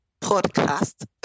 podcast